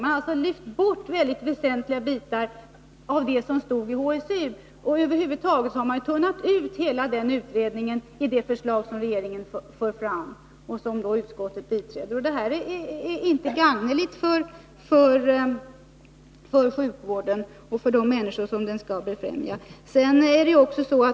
Man har alltså lyft bort väsentliga bitar av det som stod i HSU. Över huvud taget har man tunnat ut hela det utredningsförslaget i det förslag som regeringen fört fram och som utskottet biträtt. Detta är inte gagneligt för sjukvården och för de människors hälsa som den skall främja.